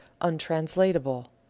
untranslatable